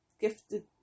gifted